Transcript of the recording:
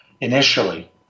initially